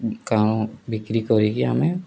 କ'ଣ ବିକ୍ରି କରିକି ଆମେ